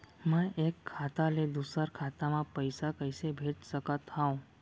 मैं एक खाता ले दूसर खाता मा पइसा कइसे भेज सकत हओं?